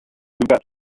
got